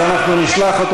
אז אנחנו נשלח אותו.